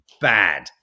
bad